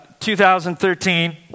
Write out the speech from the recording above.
2013